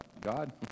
God